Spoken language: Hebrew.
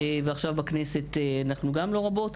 וגם עכשיו בכנסת אנחנו לא רבּות.